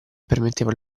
permetteva